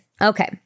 Okay